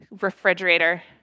refrigerator